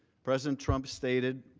president trump stated